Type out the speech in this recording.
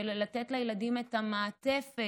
של לתת לילדים את המעטפת